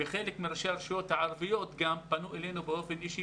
חלק מראשי הרשויות הערביות פנו אלינו באופן אישי